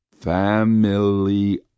family